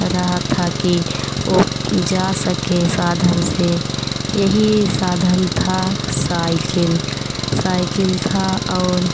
रहा था कि वह जा सकें साधन से यही साधन था साइकिल साइकिल थी और